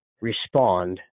respond